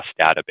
database